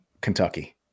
Kentucky